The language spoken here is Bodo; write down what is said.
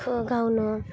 खो गावनो